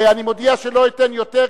אני מודיע שלא אתן יותר,